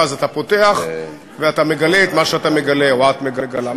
ואז אתה פותח ואתה מגלה את מה שאתה מגלה או את מגלה.